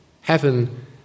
Heaven